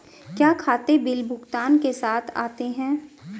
क्या खाते बिल भुगतान के साथ आते हैं?